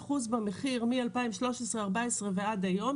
20% במחיר מ-2013-2014 ועד היום,